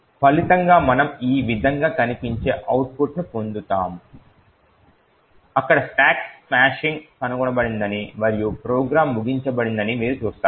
ఫలితంగా మనము ఈ విధంగా కనిపించే అవుట్పుట్ను పొందుతాము అక్కడ స్టాక్ స్మాషింగ్ కనుగొనబడిందని మరియు ప్రోగ్రామ్ ముగించబడిందని మీరు చూస్తారు